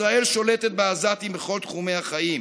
ישראל שולטת בעזתים בכל תחומי החיים.